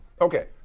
Okay